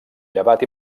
llevat